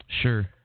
Sure